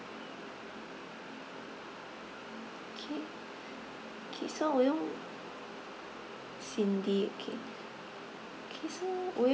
okay okay so would you cindy okay okay so would you